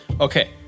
okay